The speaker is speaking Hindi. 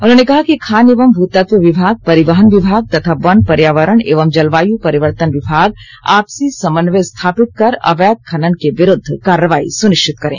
उन्होंने कहा कि खान एवं भूतत्व विभाग परिवहन विभाग तथा वन पर्यावरण एवं जलवायु परिवर्तन विभाग आपसी समन्वय स्थापित कर अवैध खनन के विरूद्व कार्रवाई सुनिश्चित करें